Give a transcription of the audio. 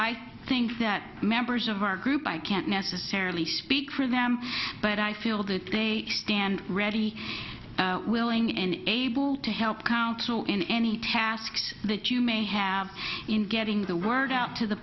i think that members of our group i can't necessarily speak for them but i feel that they stand ready willing and able to help counsel in any tasks that you may have in getting the word to the